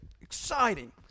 Exciting